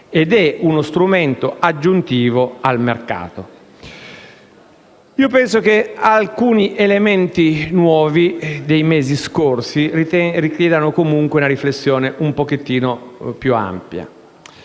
ed è uno strumento aggiuntivo al mercato. Penso che alcuni elementi nuovi dei mesi scorsi richiedano comunque una riflessione un po' più ampia.